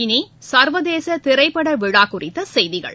இனி சர்வதேச திரைப்பட விழா குறித்த செய்திகள்